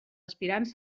aspirants